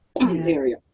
area